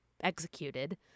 executed